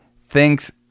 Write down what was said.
thinks